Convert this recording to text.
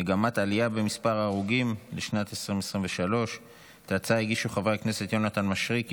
מגמת עלייה במספר ההרוגים לשנת 2023. את ההצעה הגישו חברי כנסת יונתן מישרקי,